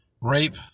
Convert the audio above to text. rape